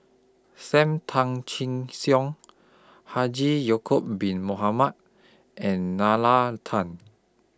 SAM Tan Chin Siong Haji Ya'Acob Bin Mohamed and Nalla Tan